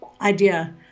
idea